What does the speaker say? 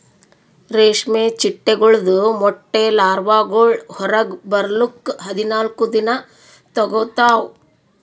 ರೇಷ್ಮೆ ಚಿಟ್ಟೆಗೊಳ್ದು ಮೊಟ್ಟೆ ಲಾರ್ವಾಗೊಳ್ ಹೊರಗ್ ಬರ್ಲುಕ್ ಹದಿನಾಲ್ಕು ದಿನ ತೋಗೋತಾವ್